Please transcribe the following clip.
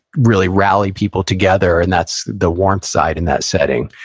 really rally people together. and that's the warmth side in that setting.